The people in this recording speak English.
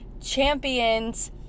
champions